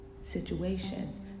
situation